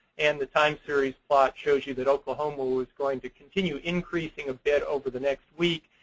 and the time series plot shows you that oklahoma was going to continue increasing a bit over the next week,